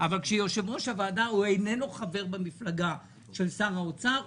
אבל יושב-ראש ועדה שאיננו חבר במפלגה של שר האוצר,